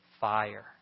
Fire